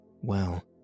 Well